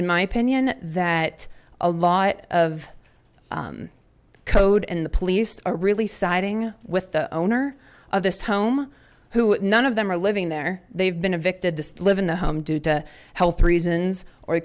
in my opinion that a lot of code in the police are really siding with the owner of this home who none of them are living there they've been evicted to live in the home due to health reasons or